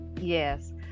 Yes